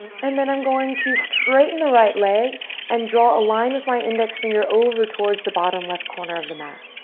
and then i'm going to straighten the right leg and draw a line with my index finger over towards the bottom left corner of the mat.